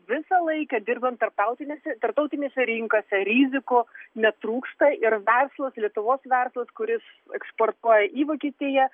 visą laiką dirbant tarptautinėse tarptautinėse rinkose rizikų netrūksta ir verslas lietuvos verslas kuris eksportuoja į vokietiją